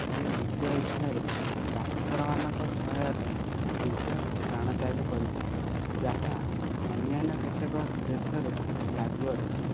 ସେ ନିଜ ଇଚ୍ଛାରେ ଡାକ୍ତରମାନଙ୍କ ସହାୟତାରେ ନିଜ ପ୍ରାଣତ୍ୟାଗ କରିଥାଏ ଯାହା ଅନ୍ୟାନ୍ୟ କେତେକ ଦେଶରେ ଲାଗୁଅଛି